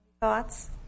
Thoughts